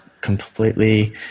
completely